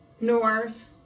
North